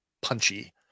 punchy